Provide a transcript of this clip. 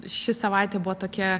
ši savaitė buvo tokia